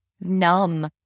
numb